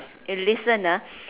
you listen ah